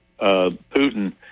Putin